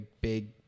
big